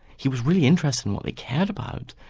he was really interested in what they cared about,